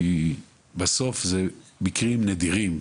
כי בסוף זה מקרים נדירים,